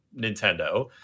Nintendo